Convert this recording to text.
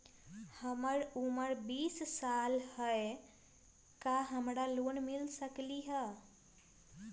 हमर उमर बीस साल हाय का हमरा लोन मिल सकली ह?